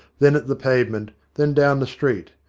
then at the pavement, then down the street,